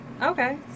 Okay